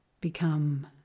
become